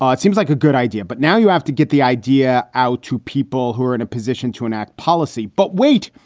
um it seems like a good idea, but now you have to get the idea out to people who are in a position to enact policy. but wait.